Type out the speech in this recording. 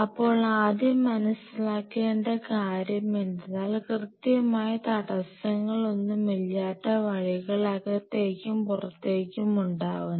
അപ്പോൾ ആദ്യം മനസ്സിലാക്കേണ്ട കാര്യം എന്തെന്നാൽ കൃത്യമായ തടസ്സങ്ങൾ ഒന്നും ഇല്ലാത്ത വഴികൾ അകത്തേക്കും പുറത്തേക്കും ഉണ്ടാവണം